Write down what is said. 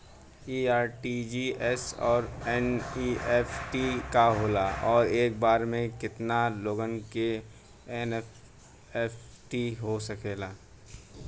इ आर.टी.जी.एस और एन.ई.एफ.टी का होला और एक बार में केतना लोगन के एन.ई.एफ.टी हो सकेला?